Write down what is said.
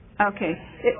Okay